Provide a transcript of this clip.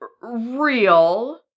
real